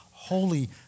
Holy